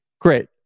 Great